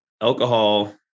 alcohol